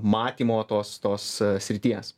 matymo tos tos srities